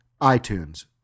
itunes